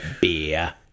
Beer